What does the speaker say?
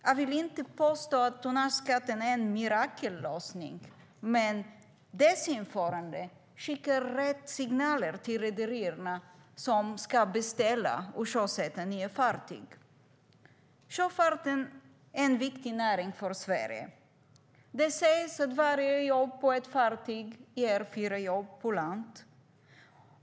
Jag vill inte påstå att tonnageskatten är en mirakellösning, men dess införande skickar rätt signaler till rederierna som ska beställa och sjösätta nya fartyg. Sjöfarten är en viktig näring för Sverige. Det sägs att varje jobb på ett fartyg ger fyra jobb på land.